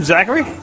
Zachary